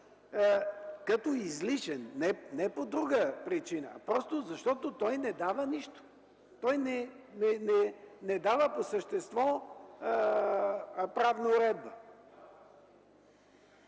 като излишен. Не по друга причина, а защото той не дава нищо. Той не дава по същество правна уредба.